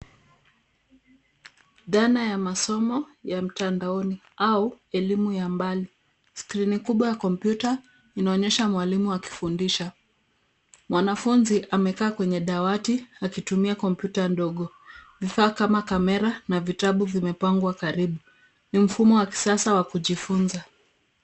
Dhana ya masomo ya mtandaoni au elimu ya mbali. Skrini kubwa ya kompyuta inaonyesha mwalimu akifundisha. Mwanafunzi amekaa kwenye dawati akitumia kompyuta ndogo. Vifaa kama kamera na vitabu vimepangwa karibu. Ni mfumo wa kisasa wa kujifunza.